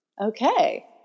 okay